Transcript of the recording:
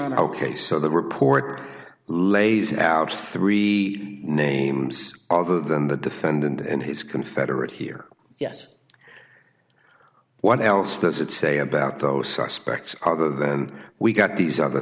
on ok so the report lays out three names other than the defendant and his confederate here yes what else does it say about those suspects other than we got these other